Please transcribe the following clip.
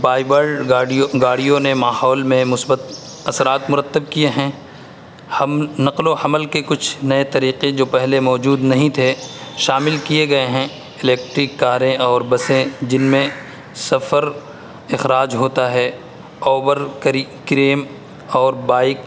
بائ blood گاڑیوں نے ماحول میں مثبت اثرات مرتب کیے ہیں ہم نقل و حمل کے کچھ نئے طریقے جو پہلے موجود نہیں تھے شامل کیے گئے ہیں الیکٹرک کاریں اور بسیں جن میں سفر اخراج ہوتا ہے اوبر کریم اور بائک